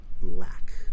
lack